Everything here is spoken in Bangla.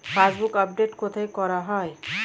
পাসবুক আপডেট কোথায় করা হয়?